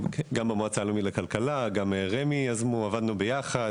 גם המועצה הלאומית לכלכלה גם רמ"י יזמו עבדנו ביחד,